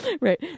Right